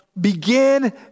begin